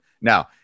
Now